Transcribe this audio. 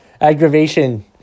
aggravation